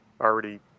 already